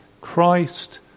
Christ